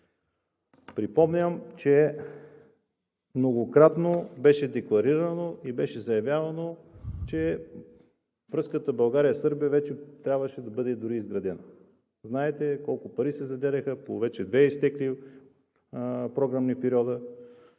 Припомням, че многократно беше декларирано и заявявано, че връзката България – Сърбия дори вече трябваше да бъде изградена. Знаете колко пари вече се заделяха по два изтекли програмни периода.